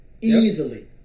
Easily